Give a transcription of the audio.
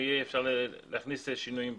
ואפשר יהיה להכניס שינויים בו?